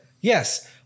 Yes